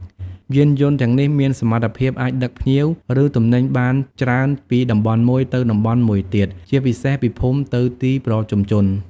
យានយន្តទាំងនេះមានសមត្ថភាពអាចដឹកភ្ញៀវ ឬទំនិញបានច្រើនពីតំបន់មួយទៅតំបន់មួយទៀត ជាពិសេសពីភូមិទៅទីប្រជុំជន។